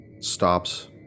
Stops